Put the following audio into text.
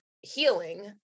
healing